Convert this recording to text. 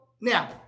now